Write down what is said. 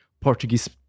Portuguese